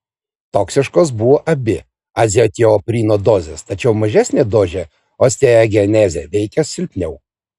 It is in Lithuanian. toksiškos buvo abi azatioprino dozės tačiau mažesnė dozė osteogenezę veikė silpniau